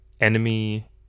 enemy